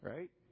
Right